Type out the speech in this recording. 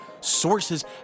sources